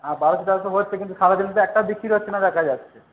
হ্যাঁ বারোশো তেরোশো হচ্ছে কিন্তু সারাদিন তো একটাও বিক্রি হচ্ছে না দেখা যাচ্ছে